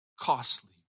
costly